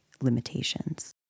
limitations